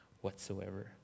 whatsoever